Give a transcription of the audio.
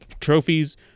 trophies